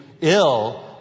ill